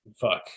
fuck